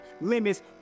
Limits